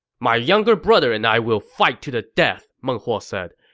my younger brother and i will fight to the death, meng huo said.